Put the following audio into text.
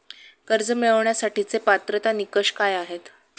कर्ज मिळवण्यासाठीचे पात्रता निकष काय आहेत?